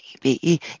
baby